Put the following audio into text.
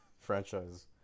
franchise